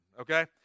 okay